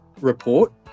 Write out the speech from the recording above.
report